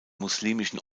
muslimischen